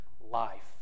life